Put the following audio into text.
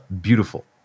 Beautiful